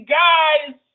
guys